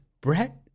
brett